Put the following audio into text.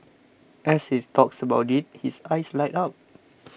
as he talks about it his eyes light up